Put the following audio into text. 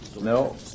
No